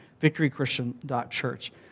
victorychristian.church